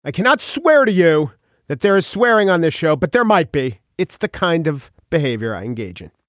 i cannot swear to you that there is swearing on this show, but there might be. it's the kind of behavior i engage in